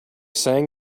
sang